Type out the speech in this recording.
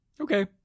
Okay